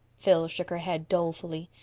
phil shook her head dolefully.